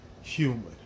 human